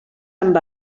amb